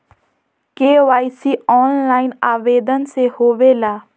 KYC online आवेदन से होवे ला?